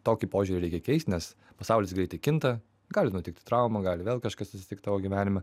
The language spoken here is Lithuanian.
tokį požiūrį reikia keist nes pasaulis greitai kinta gali nutikti traumų gali vėl kažkas atsitikt tavo gyvenime